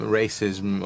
racism